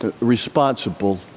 responsible